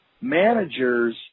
managers